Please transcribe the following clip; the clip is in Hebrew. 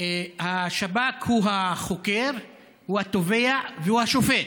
השב"כ הוא החוקר, הוא התובע והוא השופט.